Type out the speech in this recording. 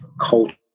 Culture